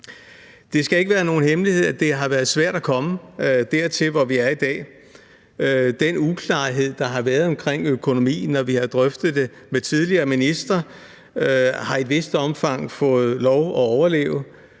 Det skal ikke være nogen hemmelighed, at det har været svært at komme dertil, hvor vi er dag. Den uklarhed, der har været omkring økonomien, når vi har drøftet det med tidligere ministre, har i et vist omfang fået lov at overleve.